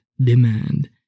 demand